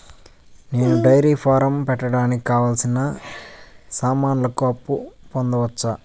నేను dairy farm పెట్టడానికి కావాల్సిన సామాన్లకు అప్పు పొందొచ్చా?